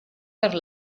per